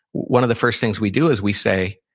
one of the first things we do is we say,